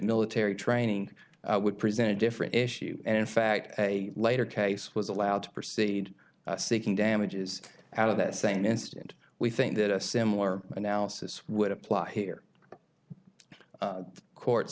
military training would present a different issue and in fact a later case was allowed to proceed seeking damages out of this same incident we think that a similar analysis would apply here courts